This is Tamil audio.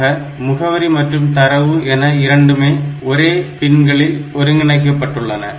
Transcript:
ஆக முகவரி மற்றும் தரவு என இரண்டுமே ஒரே பின்களில் ஒருங்கிணைக்கபட்டுள்ளன